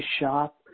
shop